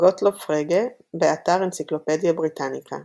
גוטלוב פרגה, באתר אנציקלופדיה בריטניקה